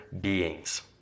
beings